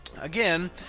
Again